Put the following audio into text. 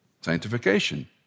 Sanctification